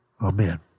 Amen